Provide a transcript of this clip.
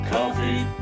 Coffee